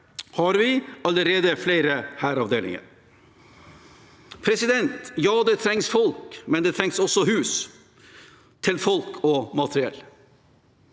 har vi allerede flere hæravdelinger. Ja, det trengs folk, men det trengs også hus til folk og materiell.